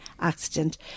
accident